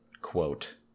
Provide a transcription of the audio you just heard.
quote